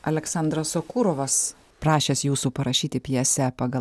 aleksandras sokurovas prašęs jūsų parašyti pjesę pagal